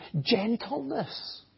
gentleness